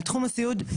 על תחום הסיעוד,